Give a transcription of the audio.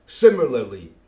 Similarly